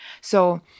So-